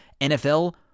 NFL